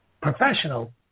professional